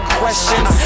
questions